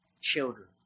children